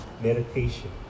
meditation